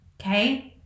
Okay